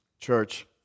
Church